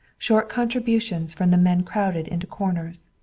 short contributions from the men crowded into corners.